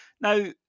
Now